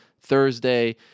Thursday